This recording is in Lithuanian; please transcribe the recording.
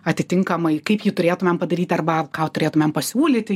atitinkamai kaip jį turėtumėm padaryti arba ką turėtumėm pasiūlyti